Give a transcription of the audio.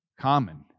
common